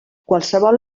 qualsevol